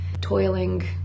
toiling